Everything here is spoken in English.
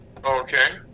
Okay